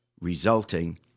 resulting